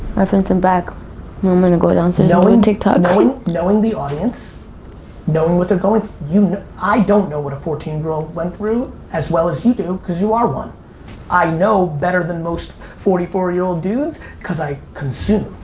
my fencing back i'm gonna go downstairs. i'll wait and take time knowing the audience knowing what they're going you know, i don't know what a fourteen girl went through as well as you do because you are one i know better than most forty four year old dudes because i consume